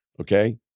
Okay